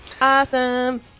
awesome